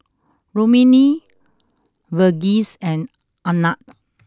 Rukmini Verghese and Anand